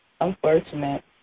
Unfortunate